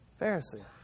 Pharisee